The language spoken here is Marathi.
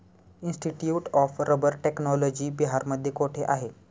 इन्स्टिट्यूट ऑफ रबर टेक्नॉलॉजी बिहारमध्ये कोठे आहे?